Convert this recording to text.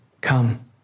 come